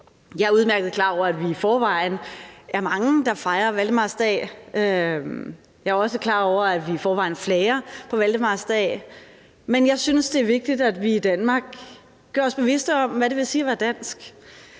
Jeg er udmærket klar over, at vi i forvejen er mange, der fejrer valdemarsdag. Jeg er også klar over, at vi i forvejen flager på valdemarsdag, men jeg synes, det er vigtigt, at vi i Danmark gør os bevidste om, hvad det vil sige at være dansk